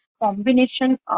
combination